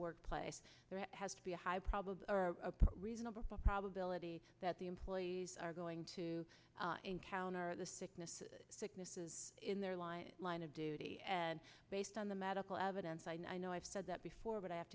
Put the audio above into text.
workplace there has to be a high probably a reasonable probability that the employees are going to encounter the sickness sickness in their life line of duty and based on the medical evidence i know i've said that before but i have